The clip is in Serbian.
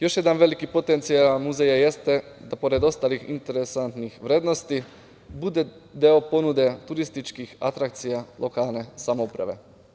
Još jedan veliki potencijalni muzeja jeste da, pored ostalih interesantnih vrednosti, bude deo ponude turističkih atrakcija lokalne samouprave.